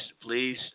please